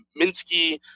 Minsky